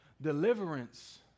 Deliverance